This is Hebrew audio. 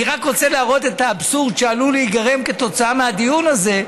אני רק רוצה להראות את האבסורד שעלול להיגרם כתוצאה מהדיון הזה,